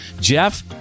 Jeff